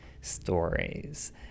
stories